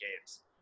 games